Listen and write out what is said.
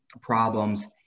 problems